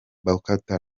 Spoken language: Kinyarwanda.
bokota